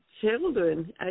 children